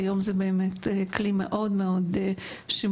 היום זה באמת כלי מאוד מאוד שימושי.